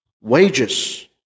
wages